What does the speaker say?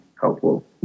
helpful